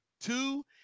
Two